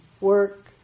work